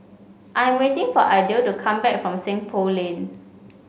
I'm waiting for Idell to come back from Seng Poh Lane